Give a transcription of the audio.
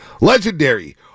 Legendary